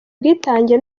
ubwitange